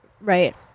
Right